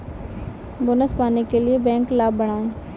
bonus पाने के लिए बैंक लाभ बढ़ाएं